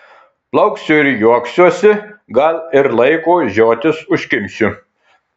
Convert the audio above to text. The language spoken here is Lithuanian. plauksiu ir juoksiuosi gal ir laiko žiotis užkimšiu